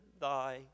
thy